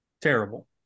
terrible